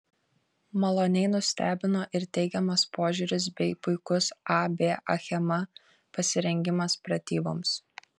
maloniai nustebino ir teigiamas požiūris bei puikus ab achema pasirengimas pratyboms